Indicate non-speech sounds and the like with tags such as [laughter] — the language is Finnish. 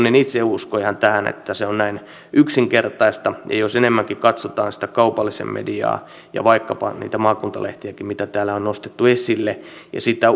[unintelligible] en itse usko ihan tähän että se on näin yksinkertaista ja jos enemmänkin katsotaan sitä kaupallista mediaa vaikkapa niitä maakuntalehtiäkin mitä täällä on nostettu esille ja sitä [unintelligible]